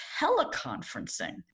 teleconferencing